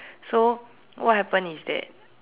so what happened is that